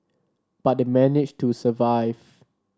but they managed to survive